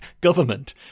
government